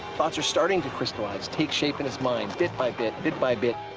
thoughts are starting to crystallize, take shape in his mind, bit by bit bit by bit.